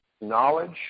knowledge